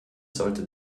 sollte